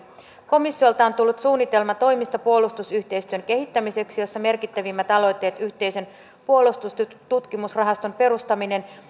komissiolta on tullut suunnitelma toimista puolustusyhteistyön kehittämiseksi jossa merkittävimmät aloitteet ovat yhteisen puolustustutkimusrahaston perustaminen